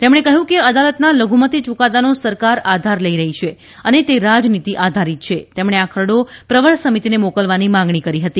તેમણે કહ્યું કે અદાલતના લધ્મતિ યૂકાદાનો સરકાર આધાર લઇ રહી છે અને તે રાજનિતી આધારીત છે તેમણે આ ખરડો પ્રવર સમિતિને મોકલવાની માગણી કરી હતી